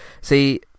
see